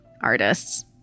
artists